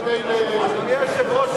אדוני היושב-ראש,